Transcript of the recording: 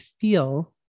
feel